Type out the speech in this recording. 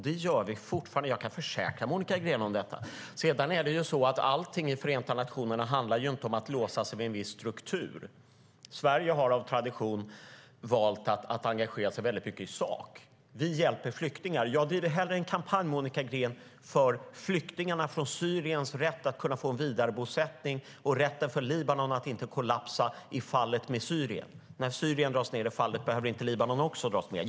Det gör vi fortfarande. Jag kan försäkra Monica Green om detta. Sedan handlar inte allting i Förenta nationerna om att låsa sig vid en viss struktur. Sverige har av tradition valt att engagera sig mycket i sak. Vi hjälper flyktingar. Jag driver hellre en kampanj, Monica Green, för rätten för flyktingar från Syrien att kunna få en vidarebosättning och för rätten för Libanon att inte kollapsa när Syrien dras ned i fallet - Libanon behöver inte också dras med.